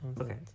Okay